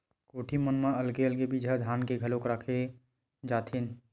कोठी मन म अलगे अलगे बिजहा के धान ल घलोक राखे जाथेन